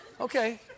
Okay